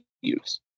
use